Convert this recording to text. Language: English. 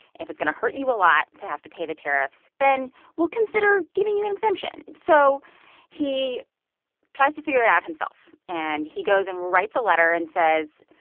if it's to hurt you a lot to have to pay the tariffs, then we'll consider giving you an exemption. so he tries to figure it out himself, and he goes and writes a letter and says,